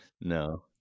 No